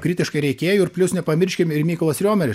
kritiškai reikėjo ir plius nepamirškim ir mykolas riomeris